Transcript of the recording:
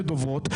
ברוכות הנמצאות,